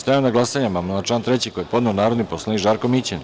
Stavljam na glasanje amandman na član 3. koji je podneo narodni poslanik Žarko Mićin.